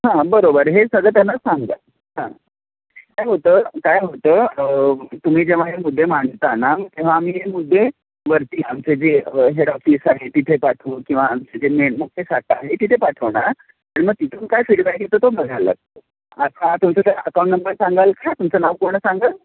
हां बरोबर हे सगळं त्यांना सांगा हां काय होतं काय होतं तुम्ही जेव्हा हे मुद्दे मांडता ना तेव्हा आम्ही मुद्दे वरती आमचे जे हेड ऑफिस आहे तिथे पाठवू किंवा आमचे जे मेन मुख्य साट आहे तिथे पाठवणार तर मग तिथून काय फीडबॅक येतो तो बघायला लागतो आता तुमचं स अकाऊंट नंबर सांगाल का तुमचं नाव पूर्ण सांगाल